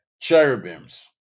cherubims